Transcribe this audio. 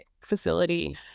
facility